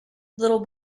little